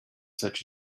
such